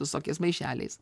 visokiais maišeliais